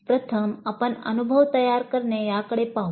प्रथम आपण अनुभव तयार करणे याकडे पाहू